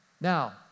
Now